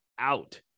out